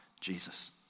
Jesus